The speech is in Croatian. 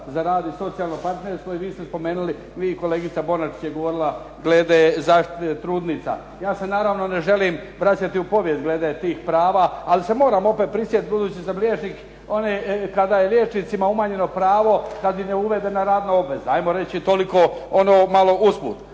za rad i socijalno partnerstvo i vi ste spomenuli, vi i kolegica Bonačić je govorila glede zaštite trudnica. Ja se naravno ne želim vraćati u povijest glede tih prava ali se moram opet prisjetiti budući da sam liječnik kada je liječnicima umanjeno pravo, kad im je uvedena radna obaveza. Ajmo reći toliko ono malo usput.